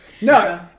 no